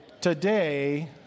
today